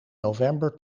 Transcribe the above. november